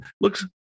looks